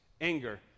anger